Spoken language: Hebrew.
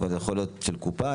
אבל הוא יכול להיות של קופה,